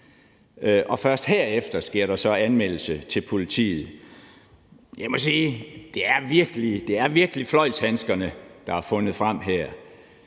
og først herefter sker der så anmeldelse til politiet. Jeg må sige, at det virkelig er fløjlshandskerne, der er fundet frem her.